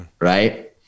right